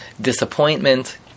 disappointment